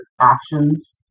actions